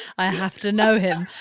i have to know him.